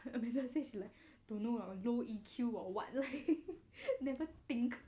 amanda says she like don't know low E_Q or what like never think